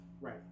Right